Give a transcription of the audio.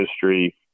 history